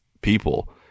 people